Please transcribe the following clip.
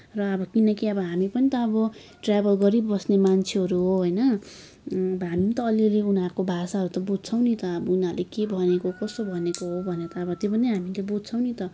र अब किनकि अब हामी पनि त अब ट्रेभल गरिबस्ने मान्छेहरू हो होइन हामी पनि त अलिअलि उनीहरूको भाषाहरू बुझ्छौँ नि त अब उनीहरूले के भनेको कसो भनेको हो भनेर त्यो पनि हामीले बुझ्छौँ नि त